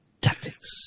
Tactics